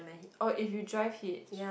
oh if you drive hitch